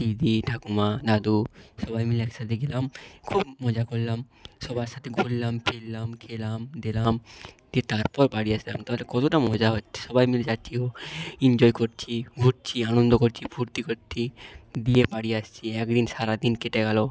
দিদি ঠাকুমা দাদু সবাই মিলে একসাথে গেলাম খুব মজা করলাম সবার সাথে ঘুরলাম ফিরলাম খেলাম দেলাম দিয়ে তারপর বাড়ি আসলাম তাহলে কতটা মজা হচ্ছে সবাই মিলে যাচ্ছি ও এনজয় করছি ঘুরছি আনন্দ করছি ফূর্তি করছি দিয়ে বাড়ি আসছি এক দিন সারাদিন কেটে গেল